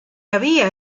había